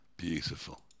Beautiful